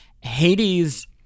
Hades